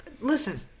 Listen